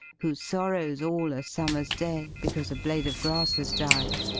who sorrows all a summer's day because a blade of grass has died,